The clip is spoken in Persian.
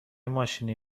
ماشینی